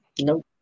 Nope